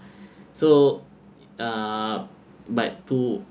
so uh but to